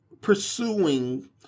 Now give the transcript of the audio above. pursuing